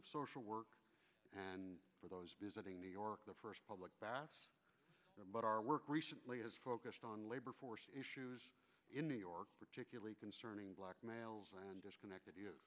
of social work and for those visiting new york the first public baths there but our work recently is focused on labor force issues in new york particularly concerning black males and disconnected